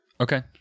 Okay